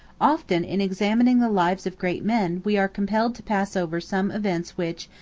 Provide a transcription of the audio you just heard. often in examining the lives of great men we are compelled to pass over some events which,